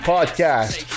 Podcast